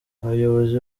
abayobozi